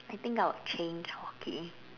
I think I would change hockey